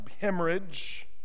hemorrhage